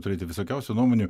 turėti visokiausių nuomonių